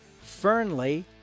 Fernley